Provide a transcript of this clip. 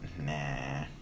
nah